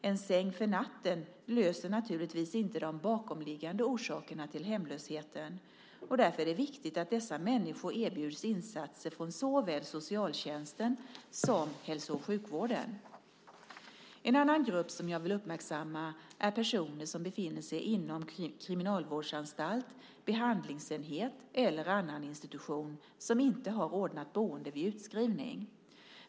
En säng för natten löser naturligtvis inte de bakomliggande orsakerna till hemlösheten, och därför är det viktigt att dessa människor erbjuds insatser från såväl socialtjänsten som hälso och sjukvården. En annan grupp som jag vill uppmärksamma är personer som befinner sig inom kriminalvårdsanstalt, behandlingsenhet eller annan institution och som inte har ordnat boende vid utskrivning.